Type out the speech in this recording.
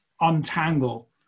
untangle